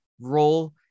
role